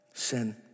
Sin